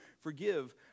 forgive